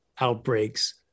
outbreaks